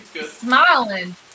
Smiling